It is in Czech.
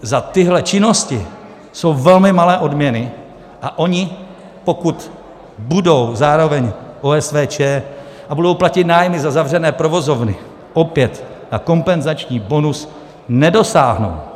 Za tyhle činnosti jsou velmi malé odměny a oni, pokud budou zároveň OSVČ a budou platit nájmy za zavřené provozovny, opět na kompenzační bonus nedosáhnou.